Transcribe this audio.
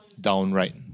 Downright